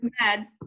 mad